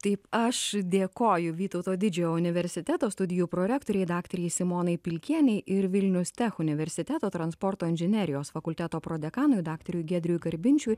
taip aš dėkoju vytauto didžiojo universiteto studijų prorektorei daktarei simonai pilkienei ir vilniaus tech universiteto transporto inžinerijos fakulteto prodekanui daktarui giedriui garbinčiui